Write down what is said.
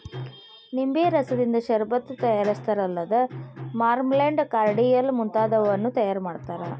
ನಿಂಬೆ ರಸದಿಂದ ಷರಬತ್ತು ತಯಾರಿಸ್ತಾರಲ್ಲದ ಮಾರ್ಮಲೆಂಡ್, ಕಾರ್ಡಿಯಲ್ ಮುಂತಾದವನ್ನೂ ತಯಾರ್ ಮಾಡ್ತಾರ